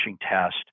test